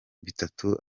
bitatu